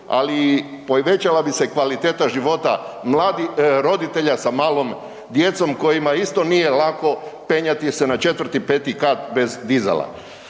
ali i povećala bi se kvaliteta života roditelja sa malom djecom kojima isto nije lako penjati se na četvrti, pet kat bez dizala.